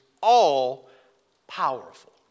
all-powerful